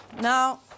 Now